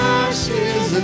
ashes